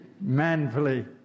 manfully